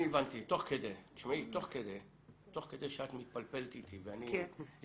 אני הבנתי תוך כדי שאת מתפלפלת איתי --- לא,